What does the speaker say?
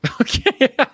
okay